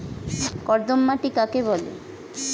কর্দম মাটি কাকে বলে?